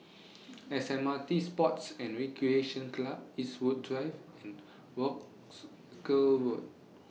S M R T Sports and Recreation Club Eastwood Drive and Wolskel Road